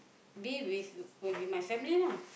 be with with my family lah